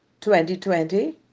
2020